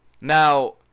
Now